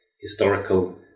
historical